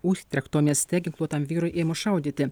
uchtrekto mieste ginkluotam vyrui ėmus šaudyti